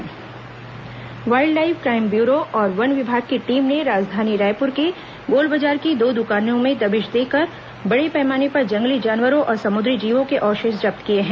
one विभाग कार्रवाई wildlife crime bureau और वन विभाग की टीम ने राजधानी रायपुर के गोलबाजार की दो दुकानों में दबिश देकर बड़े पैमाने पर जंगली जानवरों और समुद्री जीवों के अवशेष जब्त किए हैं